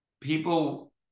people